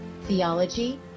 theology